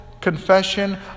confession